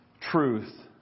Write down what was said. truth